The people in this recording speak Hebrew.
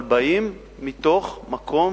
אבל הם באים מתוך מקום